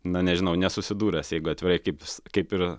na nežinau nesusidūręs jeigu atvirai kaip kaip ir